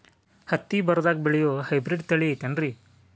ಹತ್ತಿ ಬರದಾಗ ಬೆಳೆಯೋ ಹೈಬ್ರಿಡ್ ತಳಿ ಐತಿ ಏನ್ರಿ?